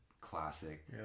classic